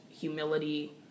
humility